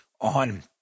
on